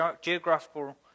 geographical